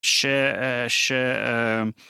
ש, ש, אה...